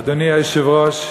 אדוני היושב-ראש,